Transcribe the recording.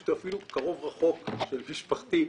הוא אפילו קרוב רחוק של משפחתי,